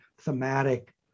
thematic